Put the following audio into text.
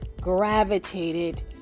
gravitated